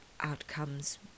outcomes